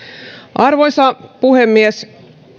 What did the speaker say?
arvoisa puhemies